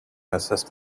assessed